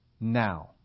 now